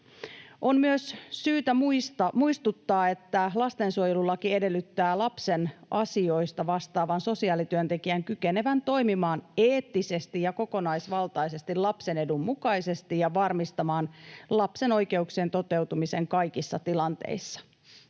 On myös syytä muistuttaa, että lastensuojelulaki edellyttää lapsen asioista vastaavan sosiaalityöntekijän kykenevän toimimaan eettisesti ja kokonaisvaltaisesti lapsen edun mukaisesti ja varmistamaan lapsen oikeuksien toteutumisen kaikissa tilanteissa,